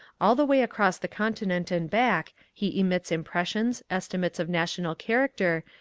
all the way across the continent and back he emits impressions, estimates of national character,